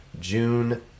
June